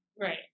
right